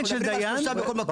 אנחנו מדברים על שלושה בכל מקום.